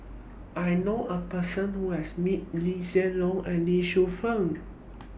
I know A Person Who has meet Lee Hsien Loong and Lee Shu Fen